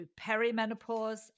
perimenopause